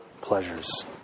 pleasures